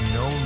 no